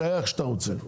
תסייע איך שאתה רוצה.